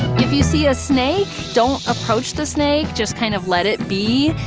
if you see a snake, don't approach the snake, just kind of let it be.